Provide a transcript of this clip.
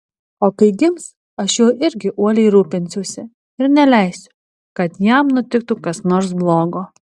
o kai gims aš juo irgi uoliai rūpinsiuosi ir neleisiu kad jam nutiktų kas nors blogo